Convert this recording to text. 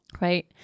right